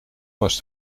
was